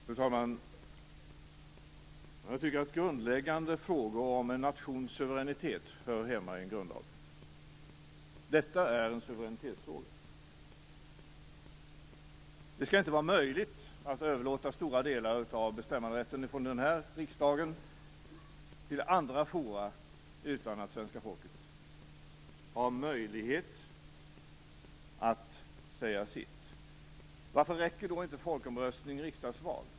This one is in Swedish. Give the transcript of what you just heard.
Fru talman! Jag tycker att grundläggande frågor om en nations suveränitet hör hemma under en grundlag. Detta är en suveränitetsfråga. Det skall inte vara möjligt att överlåta stora delar av bestämmanderätten i denna riksdag på andra forum utan att svenska folket har möjlighet att säga sitt. Varför räcker det då inte med folkomröstning eller riksdagsval?